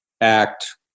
act